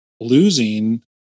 losing